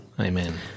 Amen